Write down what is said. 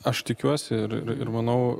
aš tikiuosi ir ir ir manau